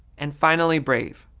and finally brave.